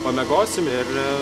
pamiegosim ir